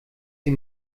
sie